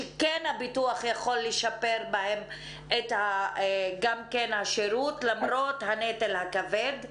שכן הביטוח יכול לשפר בהם את השירות למרות הנטל הכבד.